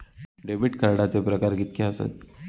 Debit कार्डचे प्रकार कीतके आसत?